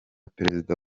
perezida